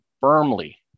firmly